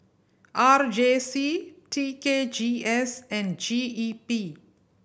R J C T K G S and G E P